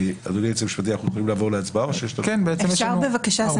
אפשר בבקשה?